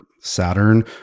Saturn